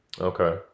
okay